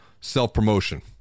self-promotion